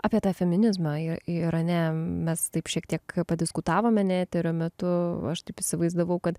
apie tą feminizmą irane mes taip šiek tiek padiskutavome ir eterio metu aš taip įsivaizdavau kad